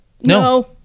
no